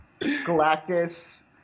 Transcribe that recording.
Galactus